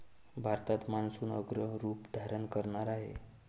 भारतात मान्सून उग्र रूप धारण करणार आहे